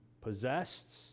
possessed